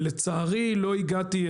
ולצערי לא הגעתי,